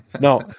No